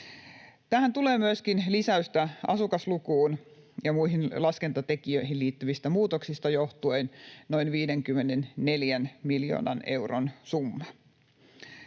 Tähän tulee myöskin lisäystä asukaslukuun ja muihin laskentatekijöihin liittyvistä muutoksista johtuen noin 54 miljoonan euron summa.